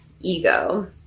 ego